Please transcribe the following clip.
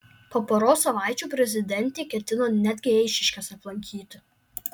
po poros savaičių prezidentė ketina netgi eišiškes aplankyti